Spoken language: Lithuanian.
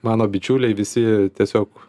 mano bičiuliai visi tiesiog